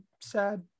sad